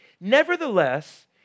Nevertheless